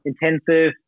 intensive